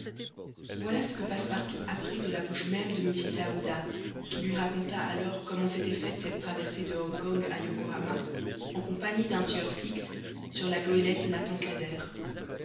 voilà ce que passepartout apprit de la bouche même de mrs aouda qui lui raconta alors comment s'était faite cette traversée de hong kong à yokohama en compagnie d'un sieur fix sur la goélette la